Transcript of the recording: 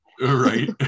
Right